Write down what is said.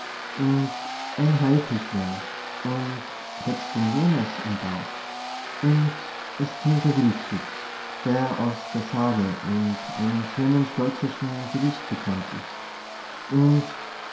und ein haifisch wär und hätt den jonas im bauch und es käm der wildschütz der aus der sage und einem schönen stoltzeschen gedicht bekannt is und